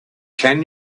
can